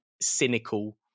cynical